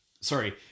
sorry